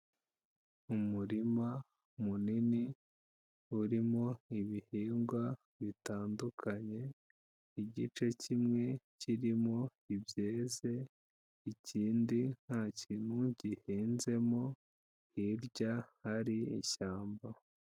Umurima munini urimo ibihingwa bitandukanye, igice kimwe kirimo ibyeze, ikindi ntakintu gihinzemo, hirya hari ishyamba.